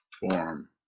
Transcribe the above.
form